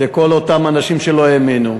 לכל אותם אנשים שלא האמינו,